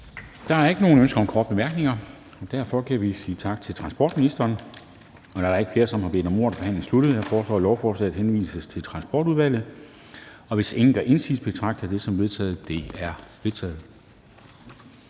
Der er ikke nogen ønsker om korte bemærkninger, og derfor kan vi sige tak til transportministeren. Da der ikke er flere, som har bedt om ordet, er forhandlingen sluttet. Jeg foreslår, at lovforslaget henvises til Transportudvalget. Hvis ingen gør indsigelse, betragter jeg det som vedtaget. Det er vedtaget.